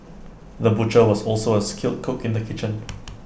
the butcher was also A skilled cook in the kitchen